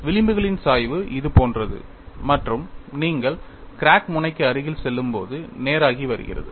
விளிம்புகளின் சாய்வு இதுபோன்றது மற்றும் நீங்கள் கிராக் முனைக்கு அருகில் செல்லும்போது நேராகி வருகிறது